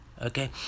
okay